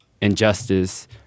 injustice